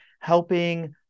helping